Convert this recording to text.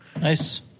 Nice